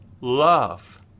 love